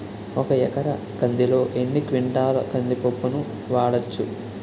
ఒక ఎకర కందిలో ఎన్ని క్వింటాల కంది పప్పును వాడచ్చు?